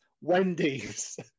Wendy's